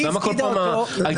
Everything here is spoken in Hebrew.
למה כל פעם ההתחכמות?